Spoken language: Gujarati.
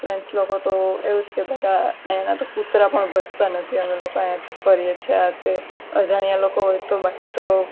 ફ્રેન્ડસ લોકો તો એવું જ કહેતા કે અહીંયાના તો કુતરા પણ ભસતા નથી અમે લોકો અહીંયાથી ફરીએ છીએ આ તે અજાણ્યા લોકો હોય તો બાકી તો